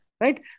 right